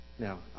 Now